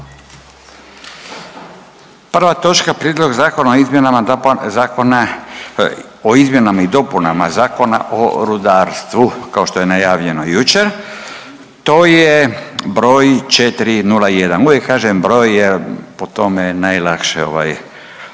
Prva točka - Prijedlog zakona o izmjenama i dopunama Zakona o rudarstvu, prvo čitanje, P.Z. 401. kao što je najavljeno jučer. To je broj 401. Uvijek kažem broj, jer po tome najlakše